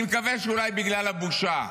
אני מקווה שאולי בגלל הבושה.